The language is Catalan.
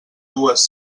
dues